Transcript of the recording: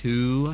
Two